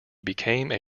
became